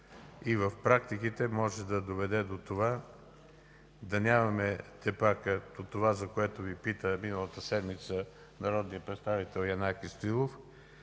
и в практиките може да доведе до това да нямаме депа, за което Ви пита миналата седмица народният представител Янаки Стоилов,